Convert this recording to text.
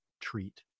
treat